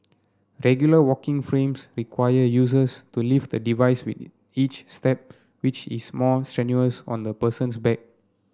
regular walking frames require users to lift the device with each step which is more strenuous on the person's back